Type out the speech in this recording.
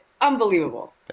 Unbelievable